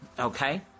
Okay